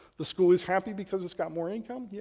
the school is happy because it's got more income. yeah